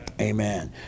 Amen